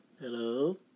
Hello